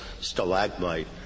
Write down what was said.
stalagmite